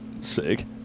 Sick